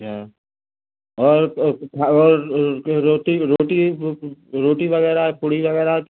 अच्छा और रोटी रोटी रोटी वगैरह पूड़ी वगैरह